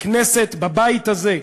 בכנסת, בבית הזה,